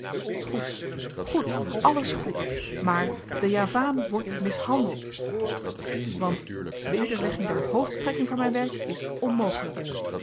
goed goed alles goed maar de javaan wordt mishandeld want wederlegging der hoofdstrekking van myn werk is onmogelyk